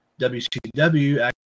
WCW